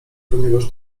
ponieważ